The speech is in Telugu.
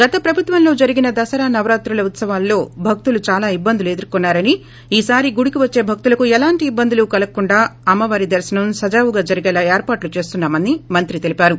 గత ప్రభుత్వంలో జరిగిన దసరా నవరాత్రుల ఉత్సవాల్లో భక్తులు చాలా ఇబ్బందులు ఎదుర్కోన్నారని ఈ సారి గుడికి వచ్చే భక్తులకు ఎలాంటి ఇబ్బందులు కలగకుండా అమ్మవారి దర్తనం సవ్వంగా జరిగేలా ఏర్పాట్లు చేస్తున్నా మనీ మంత్రి తెలిపారు